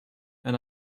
and